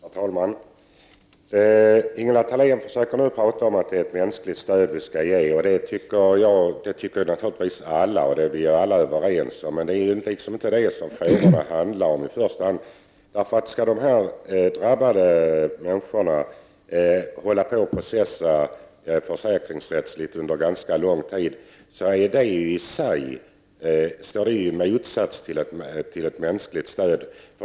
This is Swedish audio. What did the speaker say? Herr talman! Ingela Thalén försöker nu tala om att det är mänskligt stöd som skall ges. Det tycker naturligtvis alla, det är vi överens om. Men det är inte det som frågorna i första hand handlar om. När dessa drabbade människor får processa försäkringsrättsligt under lång tid, står det i sig i motsats till ett mänskligt stöd.